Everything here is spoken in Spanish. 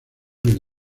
les